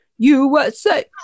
USA